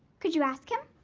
could you ask him?